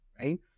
right